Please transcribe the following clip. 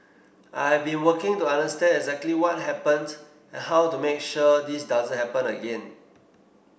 I've been working to understand exactly what happened and how to make sure this doesn't happen again